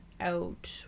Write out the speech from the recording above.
out